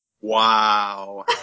Wow